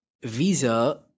visa